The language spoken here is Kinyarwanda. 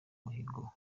umuhigo